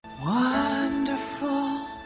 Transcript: Wonderful